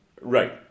Right